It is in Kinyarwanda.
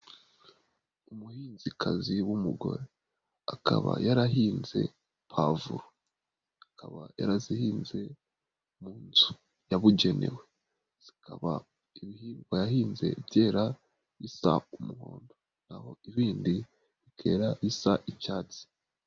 Umuhinzikazi w'umugore akaba yarahinze pavuro, akaba yarazihinze mu nzu yabugenewe, zikaba ibihingwa yahinze byera bisa umuhondo, naho ibindi bikera bisa icyatsi.